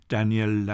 Daniel